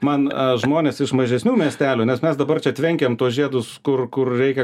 man žmonės iš mažesnių miestelių nes mes dabar čia tvenkiam tuos žiedus kur kur reikia